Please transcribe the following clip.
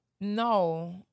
No